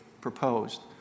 proposed